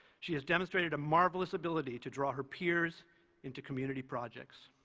she has demonstrated a marvelous ability to draw her peers into community projects.